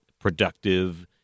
productive